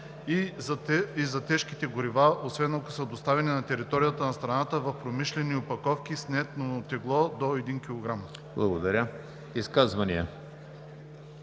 и за тежките горива, освен ако са доставени на територията на страната в промишлени опаковки с нетно тегло до 1 кг.“ ПРЕДСЕДАТЕЛ